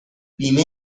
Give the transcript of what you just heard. بیمه